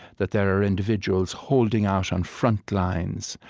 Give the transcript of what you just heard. that there are individuals holding out on frontlines,